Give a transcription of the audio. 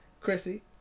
Chrissy